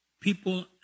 people